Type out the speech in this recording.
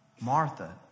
Martha